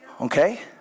Okay